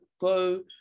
go